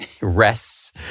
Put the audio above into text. rests